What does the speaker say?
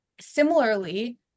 similarly